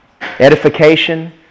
Edification